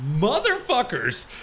motherfuckers